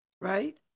Right